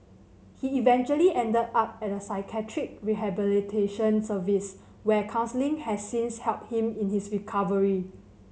he eventually ended up at a psychiatric rehabilitation service where counselling has since helped him in his recovery